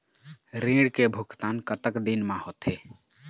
ऋण के भुगतान कतक दिन म होथे?